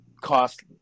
cost